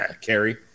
Carrie